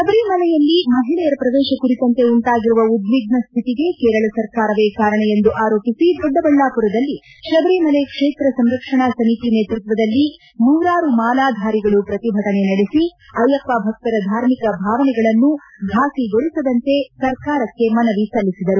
ಶಬರಿಮಲೆಯಲ್ಲಿ ಮಹಿಳೆಯರ ಪ್ರವೇಶ ಕುರಿತಂತೆ ಉಂಟಾಗಿರುವ ಉದ್ವಿಗ್ನ ಸ್ಥಿತಿಗೆ ಕೇರಳ ಸರ್ಕಾರವೇ ಕಾರಣ ಎಂದು ಆರೋಪಿಸಿ ದೊಡ್ಡಬಳ್ಳಾಮರದಲ್ಲಿ ಶಬರಮಲೆ ಕ್ಷೇತ್ರ ಸಂರಕ್ಷಣಾ ಸಮಿತಿ ನೇತೃತ್ವದಲ್ಲಿ ನೂರಾರು ಮಾಲಧಾರಿಗಳು ಪ್ರತಿಭಟನೆ ನಡೆಸಿ ಅಯ್ಯಪ್ಪ ಭಕ್ತರ ಧಾರ್ಮಿಕ ಭಾವನೆಗಳನ್ನು ಘಾಸಿಗೊಳಿಸದಂತೆ ಸರ್ಕಾರಕ್ಕೆ ಮನವಿ ಸಲ್ಲಿಸಿದರು